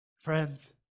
Friends